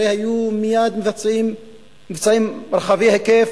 הרי היו מייד מבצעים מבצעים רחבי היקף,